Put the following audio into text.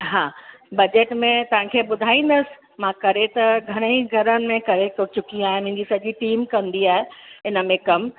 हा बजेट में तव्हांखे ॿुधाईंदसि मां करे त घणेई घरनि में करे सो चुकी आहियां मुंहिंजी सॼी टीम कंदी आहे हिन में कमु